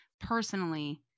personally